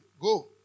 Go